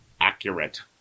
Accurate